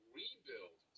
rebuild